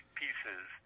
pieces